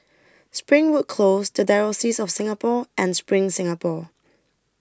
Springwood Close The Diocese of Singapore and SPRING Singapore